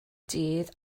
dydd